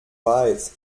weit